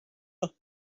los